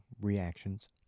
reactions